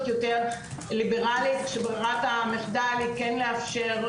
יותר ליברלית כשברירת המחדל היא כן לאפשר,